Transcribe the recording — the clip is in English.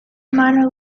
minor